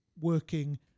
working